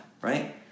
right